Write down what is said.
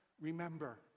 remember